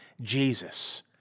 Jesus